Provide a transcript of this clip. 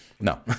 No